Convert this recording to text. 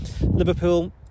Liverpool